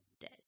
dead